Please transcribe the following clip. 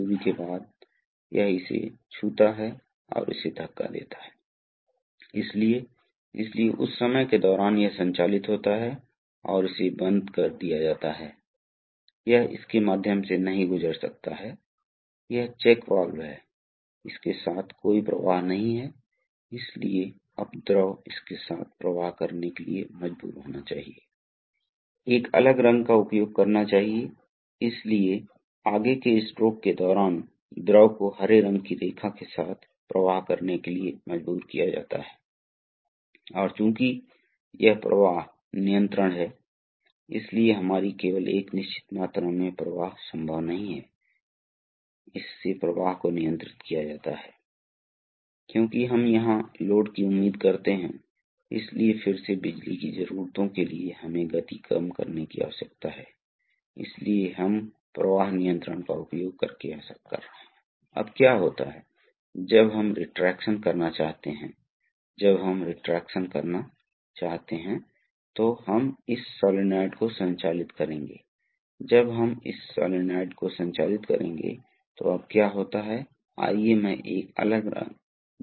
दूसरी प्लेट पर वे वास्तव में खोल रहे हैं इसलिए जब वे यहां खोल रहे हैं तो आपके पास कम दबाव क्षेत्र होता है इसलिए जाहिर है कि यह कम दबाव क्षेत्र इनलेट से तरल पदार्थ में चूसना होगा और यह उच्च दबाव क्षेत्र वास्तव में तरल पदार्थ को आउटलेट तक ले जाएगा यह गियर पंप के काम करने का तरीका है इसलिए दूसरी तरफ यदि आप मोटर के मामले में फिर से यदि हम यहां दबाव लागू करते हैं और क्या होगा तो यह घूमेगा दूसरी दिशा में इसलिए यह दूसरी दिशा में जाएगा यह मजबूर हो जाएगा और फिर यह दूसरी दिशा में खुल जाएगा और वह बाहर निकल जाएगा तो आप देखते हैं इन दो इन हाइड्रोलिक्स में इन अक्षीय पिस्टन पंप हमें घूर्णी गति और तरल पदार्थ की दर की आवश्यकता होती है मेरा मतलब इस अर्थ में बहुत आनुपातिक है कि हर बार अगर एक अक्षीय पिस्टन पंप या गियर पंप घूमता है एक निश्चित दर पर फिर दबाव के बावजूद द्रव की एक निश्चित मात्रा प्रति सेकंड वितरित की जाएगी ठीक है इसलिए प्रवाह दर शाफ्ट की घूर्णी दर के सीधे आनुपातिक है